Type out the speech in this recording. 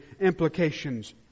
implications